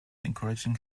encouraging